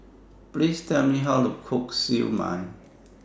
Please Tell Me How to Cook Siew Mai